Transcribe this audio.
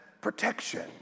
protection